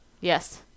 Yes